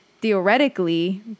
theoretically